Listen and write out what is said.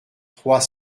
trois